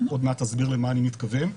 עוד מעט אסביר למה אני מתכוון.